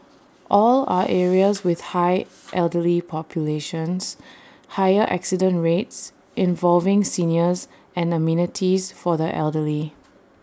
all are areas with high elderly populations higher accident rates involving seniors and amenities for the elderly